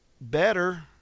better